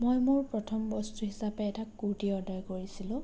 মই মোৰ প্ৰথম বস্তু হিচাপে এটা কূুৰ্টী অৰ্ডাৰ কৰিছিলোঁ